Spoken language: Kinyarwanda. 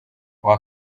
uwa